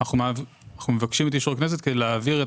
אנחנו מבקשים את אישור הכנסת כדי להעביר את